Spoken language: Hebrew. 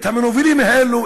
של המנוולים האלו,